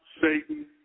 Satan